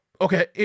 okay